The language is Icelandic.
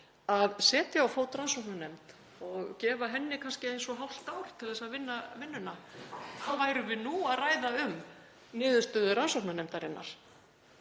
að setja á fót rannsóknarnefnd og gefa henni kannski eins og hálft ár til að vinna vinnuna, þá værum við nú að ræða um niðurstöður rannsóknarnefndarinnar